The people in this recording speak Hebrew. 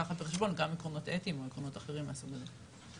לקחת בחשבון גם עקרונות אתיים וגם עקרונות אחרים מהסוג הזה.